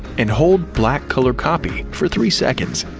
and hold black color copy for three seconds.